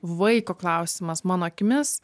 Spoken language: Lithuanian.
vaiko klausimas mano akimis